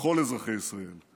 לכל אזרחי ישראל.